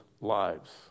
lives